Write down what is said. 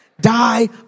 die